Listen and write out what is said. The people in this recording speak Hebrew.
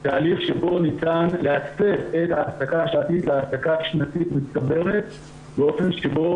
תהליך שבו ניתן להסב את ההעסקה השעתית להעסקה שנתית מצטברת באופן שבו